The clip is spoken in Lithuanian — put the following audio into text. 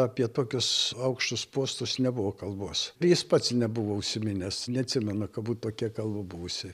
apie tokius aukštus postus nebuvo kalbos ir jis pats nebuvo užsiminęs neatsimenu kad būtų tokia kalba buvusi